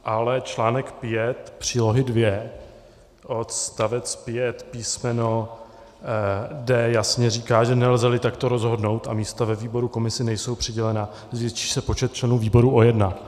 Ale článek 5 přílohy 2 odstavec 5 písmeno d) jasně říká, že nelzeli takto rozhodnout a místa ve výboru, komisi nejsou přidělena, zvětší se počet členů výboru o jedna.